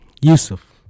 Yusuf